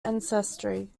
ancestry